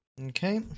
Okay